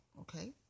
okay